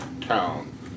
town